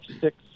six